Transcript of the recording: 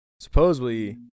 Supposedly